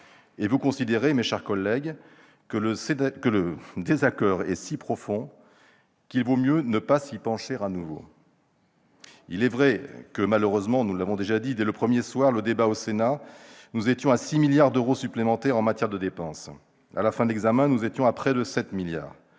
Vous considérez, mes chers collègues, que le désaccord est si profond qu'il vaut mieux ne pas s'y pencher de nouveau. Il est vrai que, malheureusement, dès le premier soir de débat au Sénat, nous étions à 6 milliards d'euros supplémentaires en matière de dépenses. À la fin de l'examen, nous étions à près de 7 milliards